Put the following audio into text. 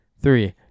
three